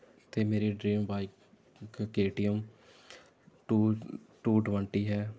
ਅਤੇ ਮੇਰੀ dream bike ਕ ਕੇਟੀਐੱਮ ਟੂ ਟੂ ਟਵੰਟੀ ਹੈ